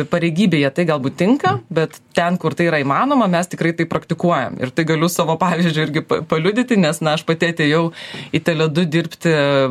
pareigybėje tai galbūt tinka bet ten kur tai yra įmanoma mes tikrai tai praktikuojam ir tai galiu savo pavyzdžiu irgi paliudyti nes na aš pati atėjau į tele du dirbti